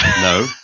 No